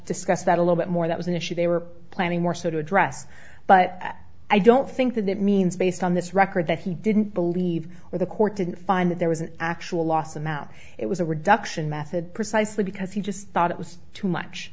discuss that a little bit more that was an issue they were planning more so to address but i don't think that means based on this record that he didn't believe or the court didn't find that there was an actual loss amount it was a reduction method precisely because he just thought it was too much